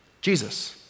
Jesus